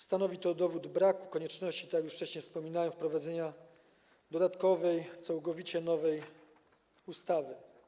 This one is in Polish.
Stanowi to dowód braku konieczności, jak już wcześniej wspominałem, wprowadzenia dodatkowej, całkowicie nowej ustawy.